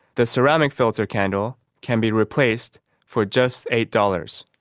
the ceramic filter candle can be replaced for just eight dollars.